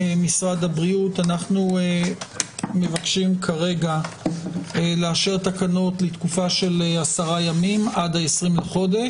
אנו מבקשים כרגע לאשר את התקנות לתקופה של עשרה ימים עד 20 בחודש,